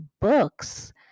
books